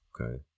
Okay